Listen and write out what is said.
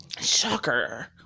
Shocker